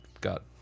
got